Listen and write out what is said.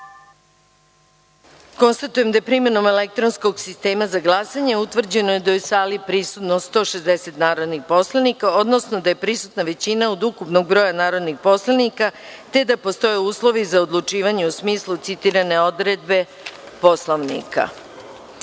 glasanje. Konstatujem da je, primenom elektronskog sistema za glasanje, utvrđeno da je u sali prisutno 160 narodnih poslanika, odnosno da je prisutna većina od ukupnog broja narodnih poslanika i da postoje uslovi za odlučivanje u smislu citirane odredbe